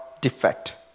defect